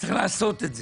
צריך לעשות את זה.